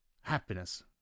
Happiness